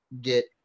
get